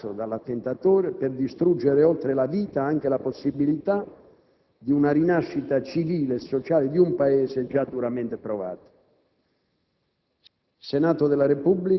un luogo scelto non a caso dall'attentatore per distruggere oltre la vita anche la possibilità di una rinascita civile e sociale di un Paese già duramente provato.